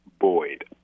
Boyd